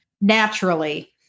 Naturally